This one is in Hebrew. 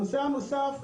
הנושא הנוסף,